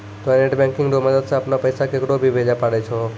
तोंय net banking रो मदद से अपनो पैसा केकरो भी भेजै पारै छहो